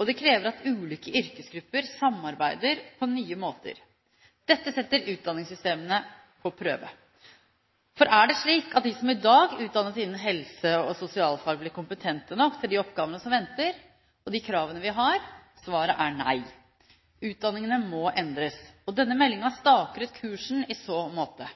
og det krever at ulike yrkesgrupper samarbeider på nye måter. Dette setter utdanningssystemene på prøve. For er det slik at de som i dag utdannes innen helse- og sosialfag, blir kompetente nok til de oppgaver som venter og de kravene vi har? Svaret er nei. Utdanningene må endres. Denne meldingen staker ut kursen i så måte.